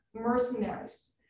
Mercenaries